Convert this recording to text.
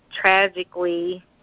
tragically